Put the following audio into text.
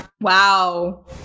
Wow